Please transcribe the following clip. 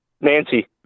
Nancy